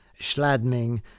Schladming